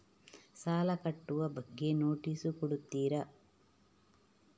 ಸಾಲ ಕಟ್ಟುವ ಬಗ್ಗೆ ನೋಟಿಸ್ ಕೊಡುತ್ತೀರ?